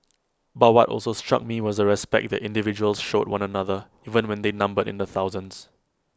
but what also struck me was the respect individuals showed one another even when they numbered in the thousands